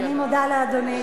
אני מודה לאדוני.